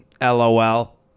LOL